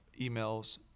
emails